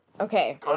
Okay